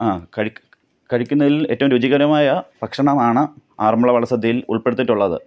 ആ കഴിക്കുന്നതില് ഏറ്റവും രുചികരമായ ഭക്ഷണമാണ് ആറന്മുള വള്ളസദ്യയില് ഉള്പ്പെടുത്തിയിട്ടുള്ളത്